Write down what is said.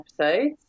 episodes